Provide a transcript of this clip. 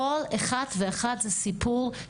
כל אחד ואחד זה סיפור,